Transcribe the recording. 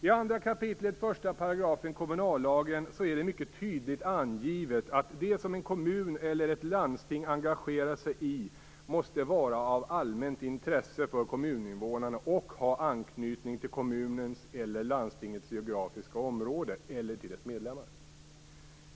I 2 kap. 1 § kommunallagen är det mycket tydligt angivet att det som en kommun eller ett landsting engagerar sig i måste vara av allmänt intresse för kommuninvånarna och ha anknytning till kommunens eller landstingets geografiska område eller till dess medlemmar.